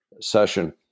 session